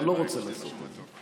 ואני לא רוצה לעשות את זה.